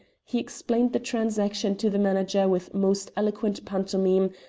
he explained the transaction to the manager with most eloquent pantomime,